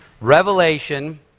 Revelation